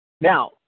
Now